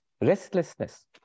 restlessness